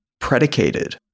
predicated